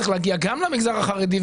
צריך להגיע גם למגזר החרדי,